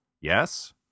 Yes